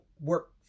work